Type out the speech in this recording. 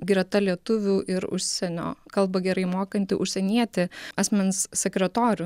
greta lietuvių ir užsienio kalbą gerai mokantį užsienietį asmens sekretorių